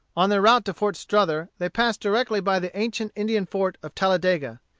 on their route to fort strother they passed directly by the ancient indian fort of talladega.